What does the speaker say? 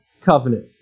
covenant